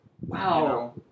Wow